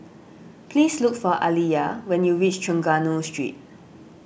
please look for Aaliyah when you reach Trengganu Street